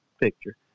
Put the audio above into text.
picture